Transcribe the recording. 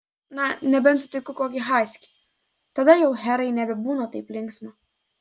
na nebent sutinku kokį haskį tada jau herai nebebūna taip linksma